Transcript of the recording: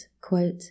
quote